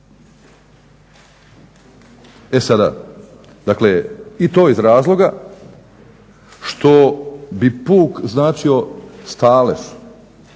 E sada, dakle i to iz razloga što bi puk značio stalež,